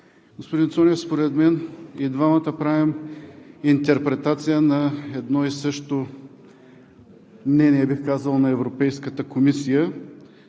Господин Цонев, според мен и двамата правим интерпретация на едно и също мнение, бих казал, на Европейската комисия.